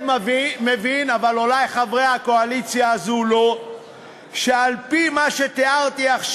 אולי הבן-אדם שעשה לך את זה,